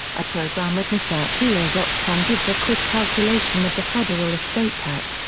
a program at mystatewill dot com gives a quick calculation of the federal estate tax.